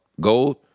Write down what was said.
gold